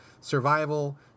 survival